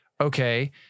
Okay